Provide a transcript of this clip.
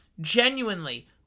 Genuinely